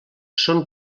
són